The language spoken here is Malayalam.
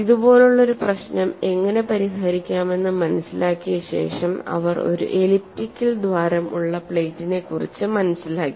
ഇതുപോലുള്ള ഒരു പ്രശ്നം എങ്ങനെ പരിഹരിക്കാമെന്ന് മനസിലാക്കിയ ശേഷം അവർ ഒരു എലിപ്റ്റിക്കൽ ദ്വാരം ഉള്ള പ്ലേറ്റിനെ കുറിച്ച് മനസിലാക്കി